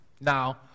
Now